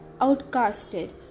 outcasted